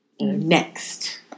next